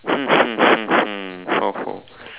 hmm hmm hmm hmm